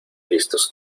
listos